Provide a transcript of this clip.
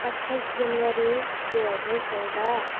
अठ्ठाइस जनवरी दुई हजार चौध